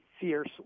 fierce